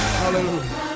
hallelujah